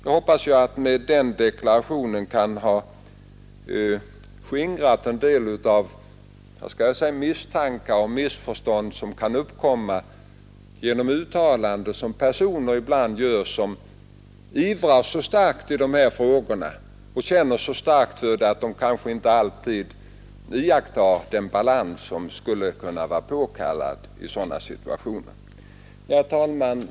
Nu hoppas jag att jag med den här deklarationen har skingrat en del misstankar och missförstånd som kan ha uppkommit genom uttalanden som gjorts av personer som känner så starkt i de här frågorna att de kanske inte kunnat iaktta den balans som varit påkallad.